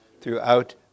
throughout